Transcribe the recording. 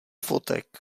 fotek